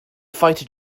fighter